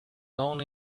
only